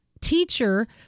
teacher